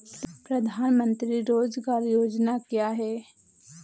प्रधानमंत्री रोज़गार योजना क्या है?